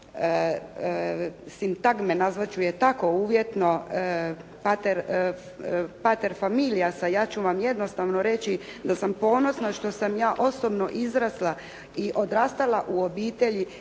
sintagme, nazvati ću je tako uvjetno pater familiasa, ja ću vam jednostavno reći da sam ponosna što sam ja osobno izrasla i odrastala u obitelji